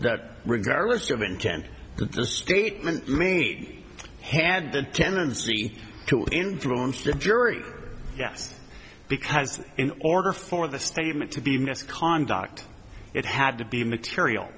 that regardless of intent the statement made had the tendency to influence the jury yes because in order for the statement to be misconduct it had to be material